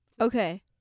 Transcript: Okay